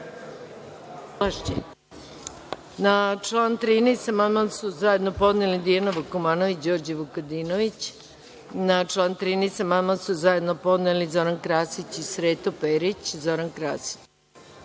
Na član 13. Amandman su zajedno podneli: Dijana Vukomanović i Đorđe Vukadinović. Na član 13. Amandman su zajedno podneli: Zoran Krasić i Sreto Perić. Reč